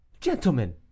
gentlemen